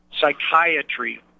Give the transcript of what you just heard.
Psychiatry